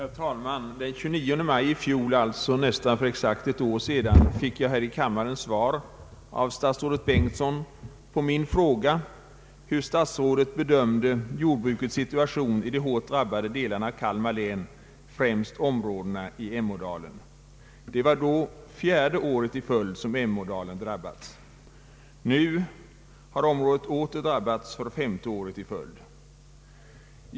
Herr talman! Den 29 maj i fjol — alltså för nästan exakt ett år sedan — fick jag här i kammaren svar av statsrådet Bengtsson på min fråga, hur statsrådet bedömde jordbrukets situation i de av översvämningar då hårt drabbade delarna av Kalmar län, främst områdena i Emådalen. Det var den gången fjärde året i följd som Emådalen drabbades. Nu har området åter drabbats femte året i följd.